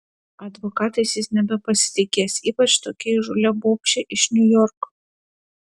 advokatais jis nebepasitikės ypač tokia įžūlia bobše iš niujorko